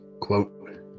Quote